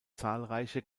zahlreiche